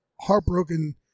heartbroken